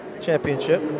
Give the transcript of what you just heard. championship